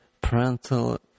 parental